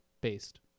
based